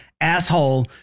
asshole